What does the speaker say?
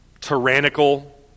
tyrannical